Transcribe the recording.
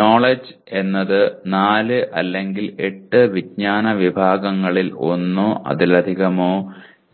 knowledge എന്നത് 4 അല്ലെങ്കിൽ 8 വിജ്ഞാന വിഭാഗങ്ങളിൽ ഒന്നോ അതിലധികമോ